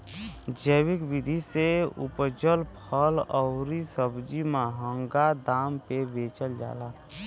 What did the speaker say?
जैविक विधि से उपजल फल अउरी सब्जी महंगा दाम पे बेचल जाला